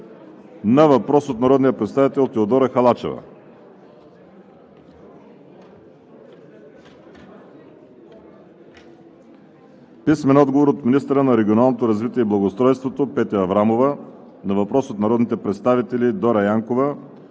на въпрос от народния представител Теодора Халачева; – министъра на регионалното развитие и благоустройството Петя Аврамова на въпрос от народните представители Дора Янкова,